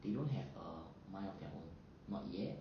they don't have a mind of their own not yet